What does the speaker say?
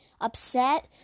upset